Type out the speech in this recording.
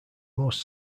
most